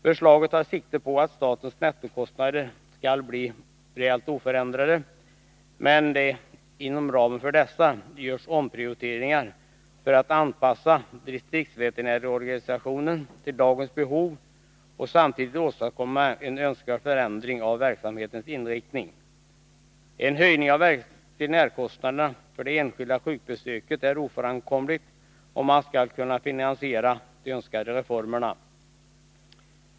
Förslaget tar sikte på att statens nettokostnader skall bli realt oförändrade men att det inom ramen för dessa görs omprioriteringar för att anpassa distriktsveterinärsorganisationen till dagens behov och samtidigt åstadkomma en önskvärd förändring av verksamhetens inriktning. En höjning av veterinärkostnaderna för det enskilda sjukbesöket är ofrånkomlig, om man skall kunna finansiera de önskade reformerna.